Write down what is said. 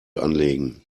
anlegen